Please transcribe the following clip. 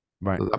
Right